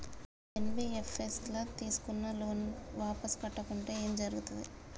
NBFS ల తీస్కున్న loan వాపస్ కట్టకుంటే ఏం జర్గుతది?